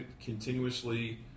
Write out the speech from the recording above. continuously